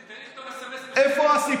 דודי, תן לי לכתוב סמ"סים, איפה הסיפור?